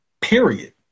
period